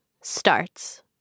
starts